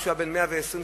אף-על-פי שהיה בן 120 שנה,